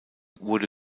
wurde